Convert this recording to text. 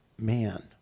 man